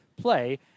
play